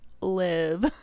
live